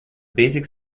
basic